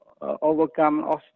overcome